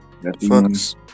fucks